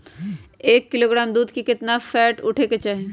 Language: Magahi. एक किलोग्राम दूध में केतना फैट उठे के चाही?